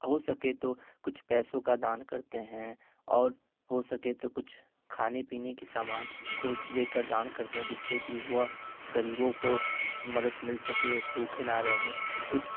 हो सके तो कुछ पैसों का दान करते हैं और हो सके तो कुछ खाने पीने के सामान को लेकर दान करते हैं जिससे कि वह गरीबों को मदद मिल सके भूखे न रहें उस